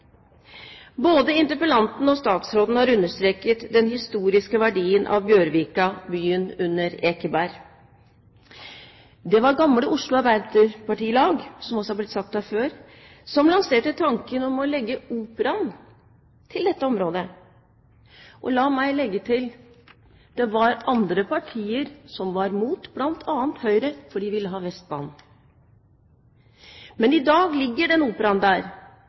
Både interpellanten og statsråden har understreket den historiske verdien av Bjørvika, byen under Ekeberg. Det var Gamle Oslo Arbeiderpartilag, som også har blitt nevnt her tidligere, som lanserte tanken om å legge Operaen til dette området. Og la meg legge til: Det var andre partier som var imot, bl.a. Høyre. De ville ha Vestbanen. Men i dag ligger Operaen der,